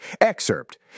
Excerpt